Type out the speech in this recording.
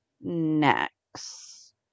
next